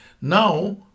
Now